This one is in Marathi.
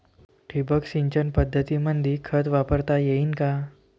ठिबक सिंचन पद्धतीमंदी खत वापरता येईन का?